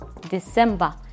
December